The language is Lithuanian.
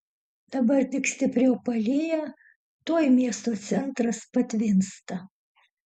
dabar tik stipriau palyja tuoj miesto centras patvinsta